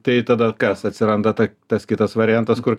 tai tada kas atsiranda tai tas kitas variantas kur